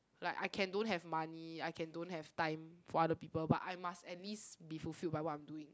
like I can don't have money I can don't have time for other people but I must at least be fulfilled by what I'm doing